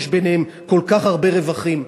יש ביניהן כל כך הרבה רווחים.